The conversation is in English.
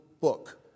book